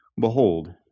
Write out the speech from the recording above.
Behold